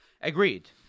Agreed